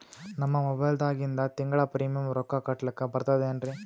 ನಮ್ಮ ಮೊಬೈಲದಾಗಿಂದ ತಿಂಗಳ ಪ್ರೀಮಿಯಂ ರೊಕ್ಕ ಕಟ್ಲಕ್ಕ ಬರ್ತದೇನ್ರಿ?